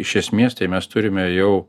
iš esmės tai mes turime jau